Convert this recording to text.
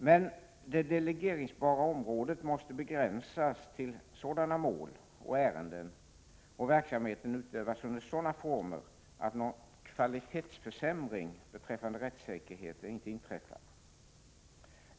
Men det delegeringsbara området måste begränsas till vissa mål och ärenden och verksamheten utövas under sådana former att någon kvalitetsförsämring beträffande rättssäkerheten inte inträffar.